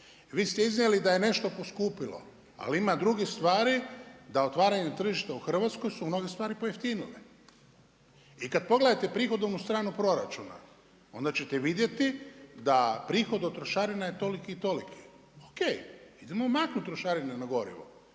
Vi ste iznijeli da je nešto poskupilo, ali ima drugih stvari da otvaranjem tržišta u Hrvatskoj su mnoge stvari pojeftinile. I kad pogledate prihodovnu stranu proračuna, onda ćete vidjeti da prihod od trošarina je toliki i toliki. Ok, idemo maknuti trošarine na gorivo.